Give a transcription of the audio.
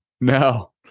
no